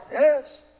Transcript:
Yes